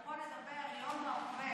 אדוני היושב-ראש, אנחנו פה נדבר על יום העובד.